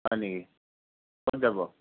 হয় নেকি ক'ত যাব